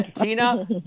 Tina